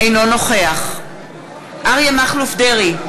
אינו נוכח אריה מכלוף דרעי,